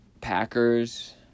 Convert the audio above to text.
Packers